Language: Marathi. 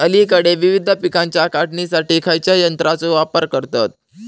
अलीकडे विविध पीकांच्या काढणीसाठी खयाच्या यंत्राचो वापर करतत?